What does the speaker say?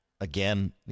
Again